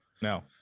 no